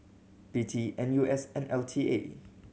P T N U S and L T A